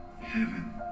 heaven